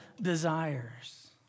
desires